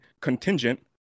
contingent